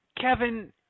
Kevin